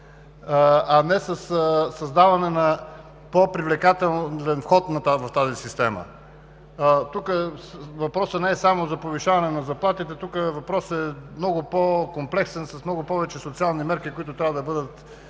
а не със създаване на по-привлекателен вход на тази система. Въпросът тук не е само за повишаване на заплатите. Въпросът е много по-комплексен и с много повече социални мерки, които трябва да бъдат